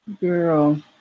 girl